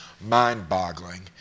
mind-boggling